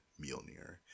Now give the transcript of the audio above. Mjolnir